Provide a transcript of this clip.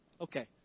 Okay